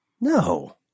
No